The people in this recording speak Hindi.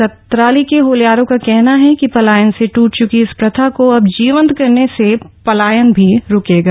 सतराली के होल्यारों का कहना है कि पलायन से टूट च्की इस प्रथा को अब जीवंत करने से पलायन भी रुकेगा